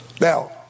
Now